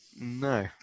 No